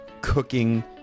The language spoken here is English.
cooking